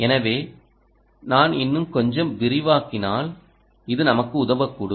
எனவே நான் இன்னும் கொஞ்சம் விரிவாக்கினால் இது நமக்கு உதவக்கூடும்